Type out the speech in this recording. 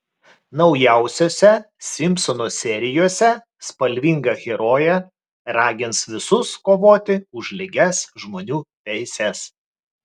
naujausiose simpsonų serijose spalvinga herojė ragins visus kovoti už lygias žmonių teises